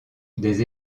des